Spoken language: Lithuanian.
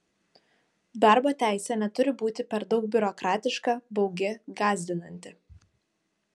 darbo teisė neturi būti per daug biurokratiška baugi gąsdinanti